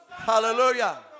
Hallelujah